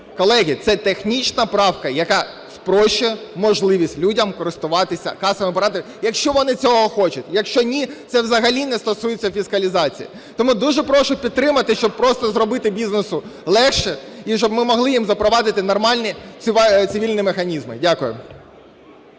колеги, це технічна правка, яка спрощує можливість людям користуватися касовими апаратами, якщо вони цього хочуть. Якщо ні – це взагалі не стосується фіскалізації. Тому дуже прошу підтримати, щоб просто зробити бізнесу легше і щоб ми могли їм запровадити нормальні цивільні механізми. Дякую.